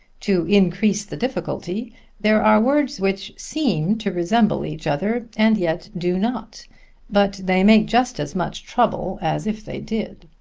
to increase the difficulty there are words which seem to resemble each other, and yet do not but they make just as much trouble as if they did.